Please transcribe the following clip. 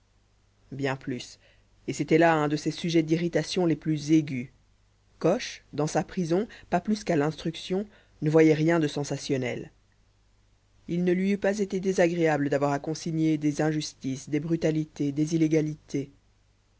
bien plus et c'était là un de ses sujets d'irritation les plus aigus coche dans sa prison pas plus qu'à l'instruction ne voyait rien de sensationnel il ne lui eût pas été désagréable d'avoir à consigner des injustices des brutalités des illégalités